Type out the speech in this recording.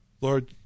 Lord